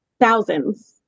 thousands